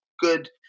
good